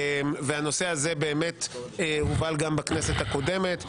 והנושא הזה באמת הובל גם בכנסת הקודמת.